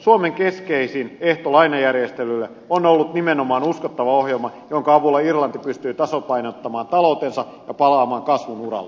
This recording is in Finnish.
suomen keskeisin ehto lainajärjestelylle on ollut nimenomaan uskottava ohjelma jonka avulla irlanti pystyy tasapainottamaan taloutensa ja palaamaan kasvun uralle